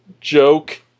Joke